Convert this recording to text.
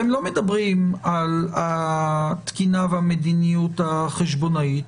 אתם לא מדברים על התקינה והמדיניות החשבונאית.